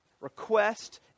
request